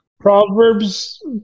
Proverbs